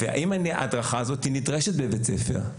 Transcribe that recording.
והאם היא נדרשת בבית הספר.